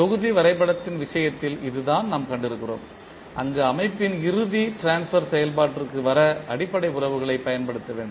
தொகுதி வரைபடத்தின் விஷயத்தில் இதுதான் நாம் கண்டிருக்கிறோம் அங்கு அமைப்பின் இறுதி ட்ரான்ஸ்பர் செயல்பாட்டிற்கு வர அடிப்படை உறவுகளைப் பயன்படுத்த வேண்டும்